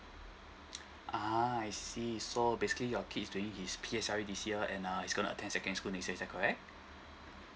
ah I see so basically your kid is doing his P_S_R this year and uh he's gonna attend second school next year is that correct